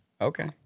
Okay